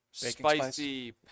Spicy